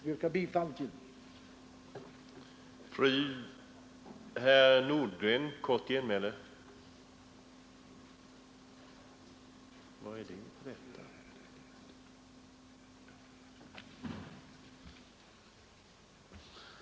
Jag yrkar bifall till reservationen 8.